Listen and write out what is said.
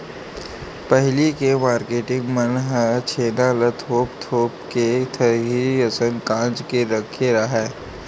पहिली के मारकेटिंग मन ह छेना ल थोप थोप के खरही असन गांज के रखे राहय